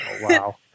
Wow